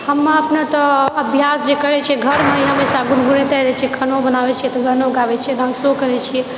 हम अपने तऽ अभ्यास जे करै छिऐ घरमे हमेशा गुन गुनाइते रहैत छिऐ खानो बनाबए छिऐ तऽ गानो गाबए छिऐ भानसो करैत छिऐ